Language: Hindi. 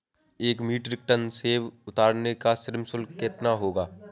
एक मीट्रिक टन सेव उतारने का श्रम शुल्क कितना होगा?